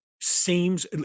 seems